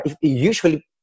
Usually